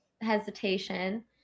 hesitation